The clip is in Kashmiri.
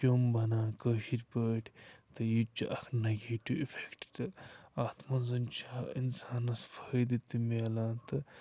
کیوٚم بَنان کٲشِرۍ پٲٹھۍ تہٕ یہِ تہِ چھِ اَکھ نَگیٹِو اِفٮ۪کٹ تہٕ اَتھ منٛز چھےٚ اِنسانَس فٲیدٕ تہِ میلان تہٕ